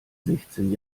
sechzehn